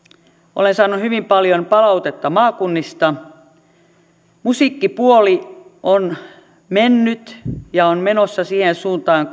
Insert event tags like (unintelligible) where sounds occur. olen saanut hyvin paljon palautetta maakunnista musiikkipuoli on mennyt ja on menossa siihen suuntaan (unintelligible)